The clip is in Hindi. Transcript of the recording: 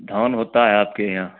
धान होता है आपके यहाँ